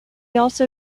also